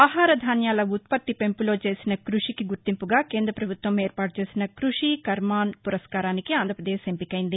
అహార ధాన్యాల ఉత్పత్తి పెంపులో చేసిన కృషికి గుర్తింపుగా కేంద్ర ప్రభుత్వం ఏర్పాటు చేసిన కృషి కార్మన్ పురస్కారానికి ఆంధ్రప్రదేశ్ ఎంపికైంది